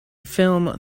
film